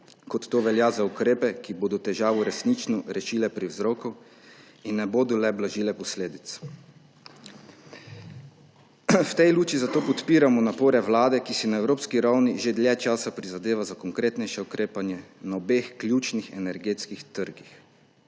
kot to velja za ukrepe, ki bodo težavo resnično rešili pri vzroku in ne bodo le blažili posledic. V tej luči zato podpiramo napore vlade, ki si na evropski ravni že dlje časa prizadeva za konkretnejše ukrepanje na obeh ključnih energetskih trgih: